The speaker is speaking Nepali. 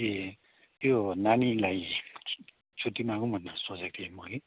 ए त्यो नानीलाई छुट्टी मागौँ भनेर सोचेको थिएँ मैले